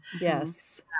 yes